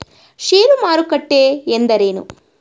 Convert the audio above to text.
ಷೇರು ಮಾರುಕಟ್ಟೆ ಎಂದರೇನು?